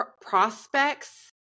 prospects